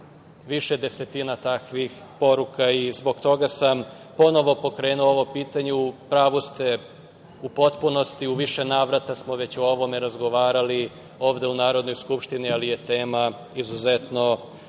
više desetina takvih poruka i zbog toga sam ponovo pokrenuo ovo pitanje.U pravu ste u potpunosti. U više navrata smo već o ovome razgovarali ovde u Narodnoj skupštini, ali je tema izuzetno